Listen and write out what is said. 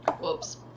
Whoops